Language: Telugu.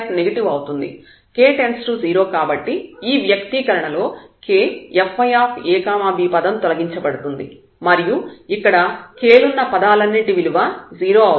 k→0 కాబట్టి ఈ వ్యక్తీకరణలో kfyab పదం తొలగించబడుతుంది మరియు ఇక్కడ k లున్న పదాలన్నింటి విలువ 0 అవుతుంది